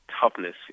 toughness